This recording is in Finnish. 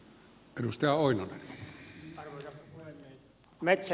arvoisa puhemies